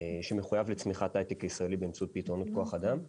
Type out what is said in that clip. שמחוייב לצמיחת ההייטק הישראלי באמצעות פתרונות כוח אדם.